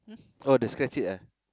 oh the scratch it ah